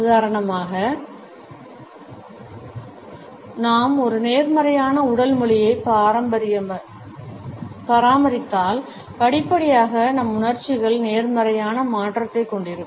உதாரணமாக நாம் ஒரு நேர்மறையான உடல் மொழியைப் பராமரித்தால் படிப்படியாக நம் உணர்ச்சிகள் நேர்மறையான மாற்றத்தைக் கொண்டிருக்கும்